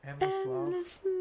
Endless